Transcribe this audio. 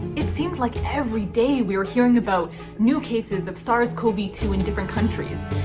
it seemed like every day we were hearing about new cases of sars cov two in different countries.